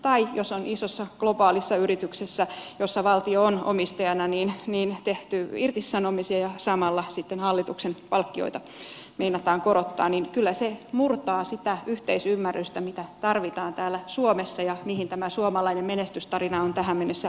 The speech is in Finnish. tai jos on isossa globaalissa yrityksessä jossa valtio on omistajana tehty irtisanomisia ja samalla sitten hallituksen palkkioita meinataan korottaa niin kyllä se murtaa sitä yhteisymmärrystä mitä tarvitaan täällä suomessa ja mihin tämä suomalainen menestystarina on tähän mennessä rakentunut